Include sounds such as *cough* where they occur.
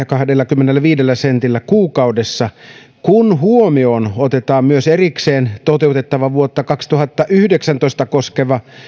*unintelligible* kahdellakymmenelläviidellä sentillä kuukaudessa kun huomioon otetaan myös erikseen toteutettava vuotta kaksituhattayhdeksäntoista koskeva